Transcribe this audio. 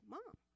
Mom